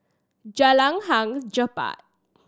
Jalan Hang Jebat